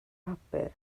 papur